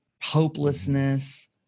hopelessness